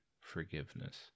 forgiveness